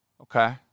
Okay